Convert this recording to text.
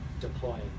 deploying